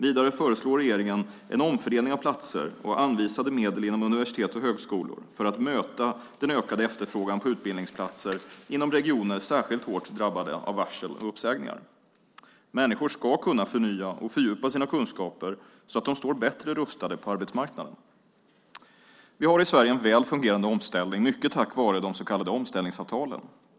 Vidare föreslår regeringen en omfördelning av platser och anvisade medel inom universitet och högskolor för att möta den ökade efterfrågan på utbildningsplatser inom regioner särskilt hårt drabbade av varsel och uppsägningar. Människor ska kunna förnya och fördjupa sina kunskaper så att de står bättre rustade på arbetsmarknaden. Vi har i Sverige en väl fungerande omställning, mycket tack vare de så kallade omställningsavtalen.